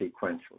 sequentially